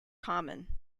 common